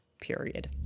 period